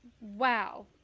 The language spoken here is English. wow